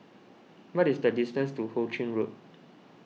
what is the distance to Ho Ching Road